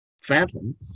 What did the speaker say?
phantom